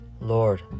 Lord